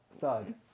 Thug